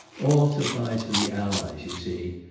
all supplies for the allies, you see.